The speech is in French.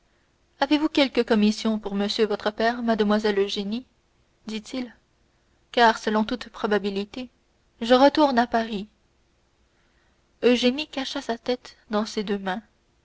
avez-vous quelque commission pour monsieur votre père mademoiselle eugénie dit-il car selon toute probabilité je retourne à paris eugénie cacha sa tête dans ses deux mains